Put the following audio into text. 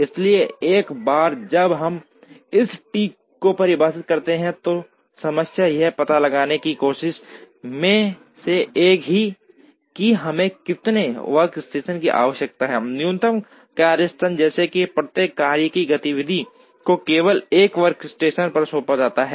इसलिए एक बार जब हम इस टी को परिभाषित करते हैं तो समस्या यह पता लगाने की कोशिश में से एक है कि हमें कितने वर्कस्टेशन की आवश्यकता है न्यूनतम कार्यस्थान जैसे कि प्रत्येक कार्य या गतिविधि को केवल 1 वर्कस्टेशन पर सौंपा जाता है